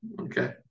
okay